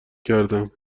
کردم